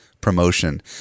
promotion